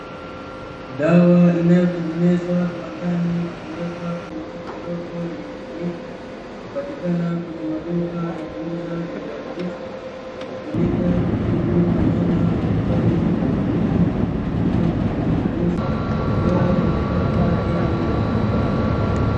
Dawa inayotengenezwa viwandani na kuwekwa kwenye chupa ndogo yenye mfuniko, hupatikana kwenye maduka ya kuuza viwatilifu. Hutumika kutibu wanyama wa nyumbani kama vile mbwa, ng'ombe, mbuzi, kondoo na paka dhidi ya minyoo.